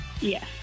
Yes